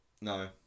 no